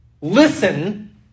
listen